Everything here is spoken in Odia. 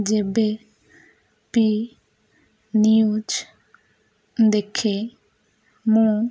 ଯେବେ ବି ନ୍ୟୁଜ୍ ଦେଖେ ମୁଁ